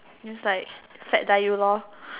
means like fat die you lor